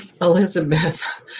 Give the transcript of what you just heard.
Elizabeth